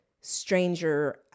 stranger